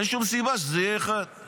אין שום סיבה שזה יהיה אחד.